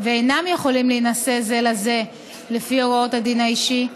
ואינם יכולים להינשא זה לזה לפי הוראות הדין האישי,